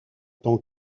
tant